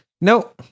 No